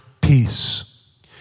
peace